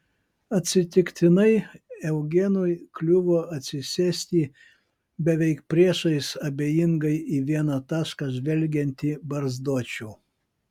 atsitiktinai eugenui kliuvo atsisėsti beveik priešais abejingai į vieną tašką žvelgiantį barzdočių